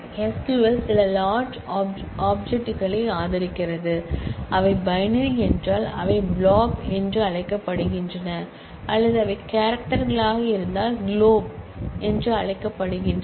SQL சில large ஆப்ஜெக்ட்டை ஆதரிக்கிறது அவை பைனரி என்றால் அவை ப்ளாப் என்று அழைக்கப்படுகின்றன அல்லது அவை கேரக்டர் களாக இருந்தால் குளோப் என்று அழைக்கப்படுகின்றன